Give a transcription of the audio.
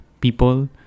people